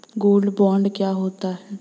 Gold bond क्या होता है?